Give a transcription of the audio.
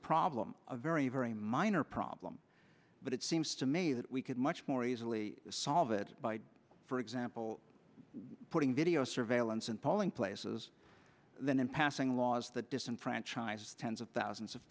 problem a very very minor problem but it seems to me that we could much more easily solve it by for example putting video surveillance in polling places than in passing laws that disenfranchise tens of thousands of